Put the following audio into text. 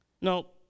No